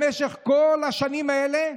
במשך כל השנים האלה,